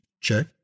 Check